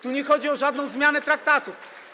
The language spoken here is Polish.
Tu nie chodzi o żadną zmianę traktatu.